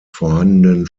vorhandenen